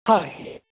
हा आहे